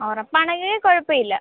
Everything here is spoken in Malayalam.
ഉറപ്പാണെങ്കിൽ കുഴപ്പമില്ല